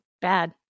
Bad